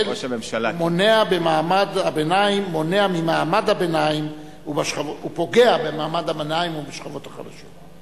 ופוגע במעמד הביניים ובשכבות החלשות.